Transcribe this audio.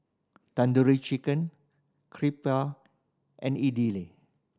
Tandoori Chicken Crepe and Idili